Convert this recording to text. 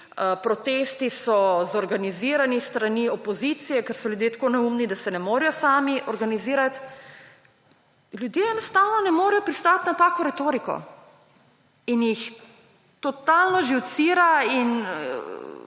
protesti so organizirani s strani opozicije, ker so ljudje tako neumni, da se ne morejo sami organizirati. Ljudje enostavno ne morejo pristati na tako retoriko in jih totalno živcira in